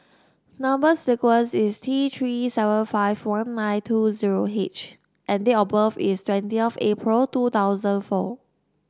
number sequence is T Three seven five one nine two zero H and date of birth is twenty of April two thousand four